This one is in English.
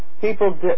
people